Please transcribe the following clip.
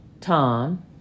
Tom